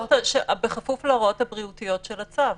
להוראות הבריאותיות של הצו.